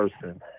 person